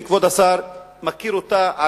שכבוד השר מכיר אותה,